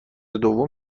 دوم